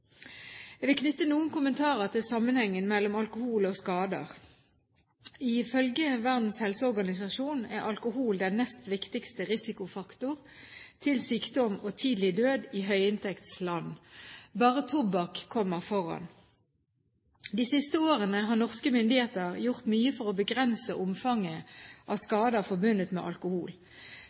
Jeg vil knytte noen kommentarer til sammenhengen mellom alkohol og skader. Ifølge Verdens helseorganisasjon er alkohol den nest viktigste risikofaktor til sykdom og tidlig død i høyinntektsland. Bare tobakk kommer foran. De siste årene har norske myndigheter gjort mye for å begrense omfanget av skader forbundet med alkohol.